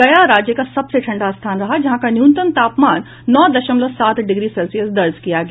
गया राज्य का सबसे ठंडा स्थान रहा जहां का न्यूनतम तापमान नौ दशमलव सात डिग्री सेल्सियस दर्ज किया गया